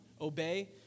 Obey